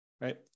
right